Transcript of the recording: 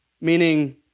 meaning